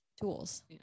tools